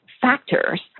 factors